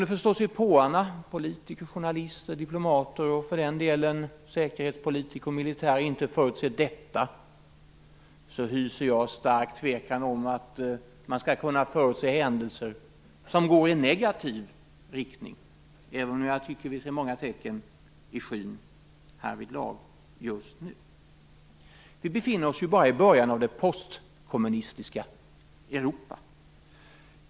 Om förståsigpåarna - politiker, journalister, diplomater och för den delen säkerhetspolitiker och militärer - inte kunde förutse detta hyser jag stark tvekan om att de skall kunna förutse händelser som går i negativ riktning, även om jag tycker att vi ser många tecken i skyn härvidlag just nu. Vi befinner oss bara i början av det postkommunistiska Europa.